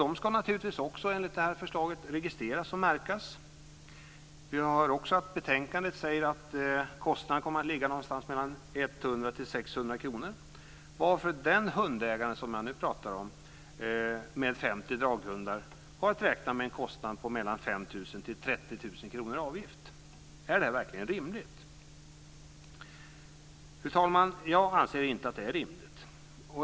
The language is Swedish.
De ska naturligtvis också enligt förslaget registreras och märkas. Av betänkandet framgår det att kostnaden kommer att vara 100 600 kr, varför den hundägare jag pratar om med 50 draghundar har att räkna med en kostnad på 5 000 30 000 kr. Är det verkligen rimligt? Fru talman! Jag anser inte att detta är rimligt.